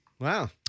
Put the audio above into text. Wow